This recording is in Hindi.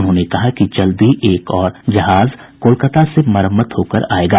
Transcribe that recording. उन्होंने कहा कि जल्द ही एक और जहाज कोलकाता से मरम्मत होकर आ जायेगा